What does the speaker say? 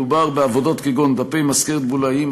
מדובר בעבודות כגון דפי מזכרת בולאיים,